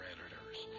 Editors